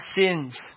sins